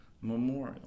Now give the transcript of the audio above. memorial